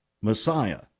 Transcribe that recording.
Messiah